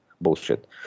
Bullshit